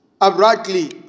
abruptly